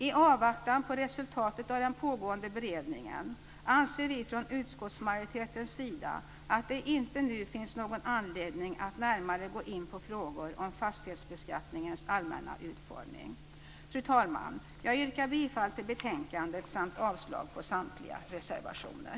I avvaktan på resultatet av den pågående beredningen anser vi från utskottsmajoritetens sida att det inte nu finns någon anledning att närmare gå in på frågor om fastighetsbeskattningens allmänna utformning. Fru talman! Jag yrkar bifall till utskottets förslag samt avslag på samtliga reservationer.